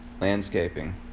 landscaping